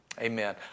Amen